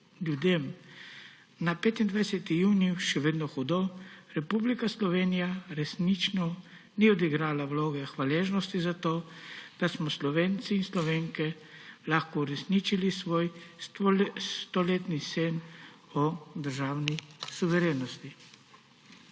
dan 25. junij še vedno hudo, Republika Slovenija resnično ni odigrala vloge hvaležnosti za to, da smo Slovenke in Slovenci lahko uresničili svoj stoletni sen o državni suverenosti.